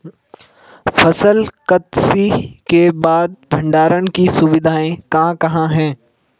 फसल कत्सी के बाद भंडारण की सुविधाएं कहाँ कहाँ हैं?